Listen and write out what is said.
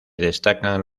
destacan